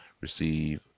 receive